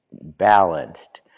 balanced